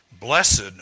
Blessed